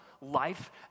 life